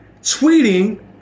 tweeting